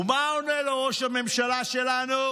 ומה עונה לו ראש הממשלה שלנו?